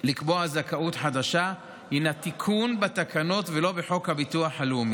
לקבוע זכאות חדשה הינה תיקון בתקנות ולא בחוק הביטוח הלאומי.